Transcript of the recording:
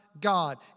God